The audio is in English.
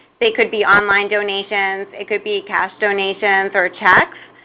they could be online donations. it could be cash donations or checks.